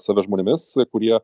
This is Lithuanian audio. save žmonėmis kurie